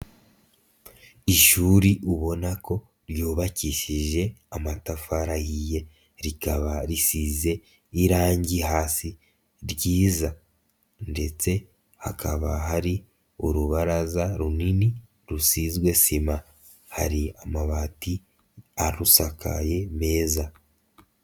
Ishuri ubona ko ryubakishije amatafari ahiye rikaba risize irangi hasi ryiza ndetse hakaba hari urubaraza runini rusizwe sima hari amabati arusakaye meza.